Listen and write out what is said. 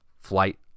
flight